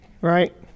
Right